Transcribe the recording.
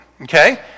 Okay